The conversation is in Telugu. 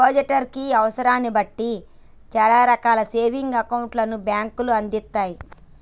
డిపాజిటర్ కి అవసరాన్ని బట్టి చానా రకాల సేవింగ్స్ అకౌంట్లను బ్యేంకులు అందిత్తయ్